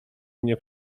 nie